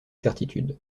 certitude